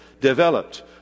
developed